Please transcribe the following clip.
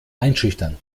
einschüchtern